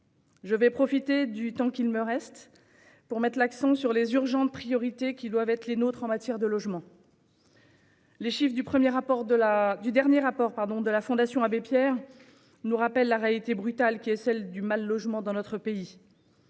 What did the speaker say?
Je veux profiter du reste du temps qui m'est imparti pour mettre l'accent sur les urgentes priorités qui doivent être les nôtres en matière de logement. Les chiffres du dernier rapport de la Fondation Abbé Pierre nous rappellent la réalité brutale du mal-logement dans notre pays.